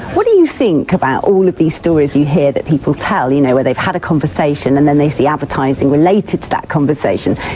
what do you think about all of these stories you hear that people tell, you know where they've had a conversation and then they see advertising related to that conversation?